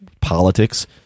politics